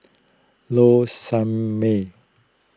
Low Sanmay